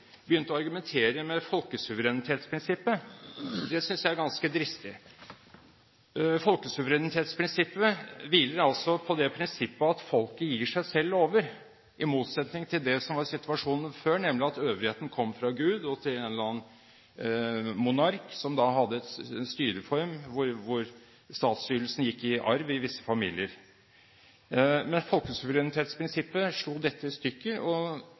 begynte å argumentere med folkesuverenitetsprinsippet. Det synes jeg er ganske dristig. Folkesuverenitetsprinsippet hviler på det prinsippet at folket gir seg selv lover – i motsetning til det som var situasjonen før, nemlig at øvrigheten kom fra Gud til en eller annen monark i en styreform hvor statsstyrelsen gikk i arv i visse familier. Folkesuverenitetsprinsippet slo dette i stykker og